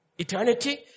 Eternity